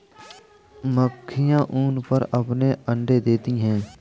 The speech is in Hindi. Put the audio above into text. मक्खियाँ ऊन पर अपने अंडे देती हैं